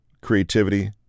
Creativity